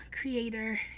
creator